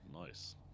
Nice